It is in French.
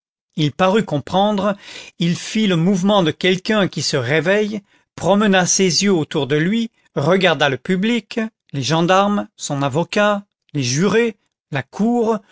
il parut comprendre il fit le mouvement de quelqu'un qui se réveille promena ses yeux autour de lui regarda le public les gendarmes son avocat les jurés la cour